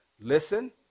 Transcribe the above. Listen